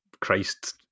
Christ